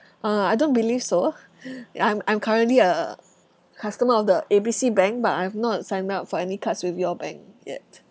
uh I don't believe so ya I'm I'm currently a a customer of the A B C bank but I've not signed up for any cards with your bank yet